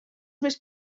més